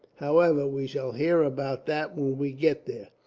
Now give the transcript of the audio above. however, we shall hear about that when we get there.